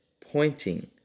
pointing